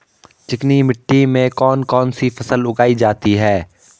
चिकनी मिट्टी में कौन कौन सी फसल उगाई जाती है?